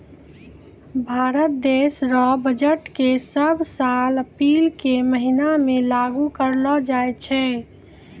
भारत देश रो बजट के सब साल अप्रील के महीना मे लागू करलो जाय छै